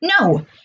No